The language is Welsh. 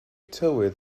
tywydd